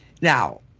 now